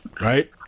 Right